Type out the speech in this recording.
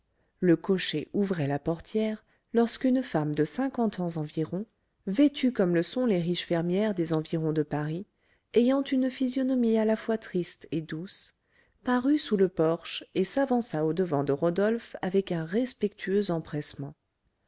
le cocher ouvrait la portière lorsqu'une femme de cinquante ans environ vêtue comme le sont les riches fermières des environs de paris ayant une physionomie à la fois triste et douce parut sous le porche et s'avança au-devant de rodolphe avec un respectueux empressement